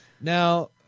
Now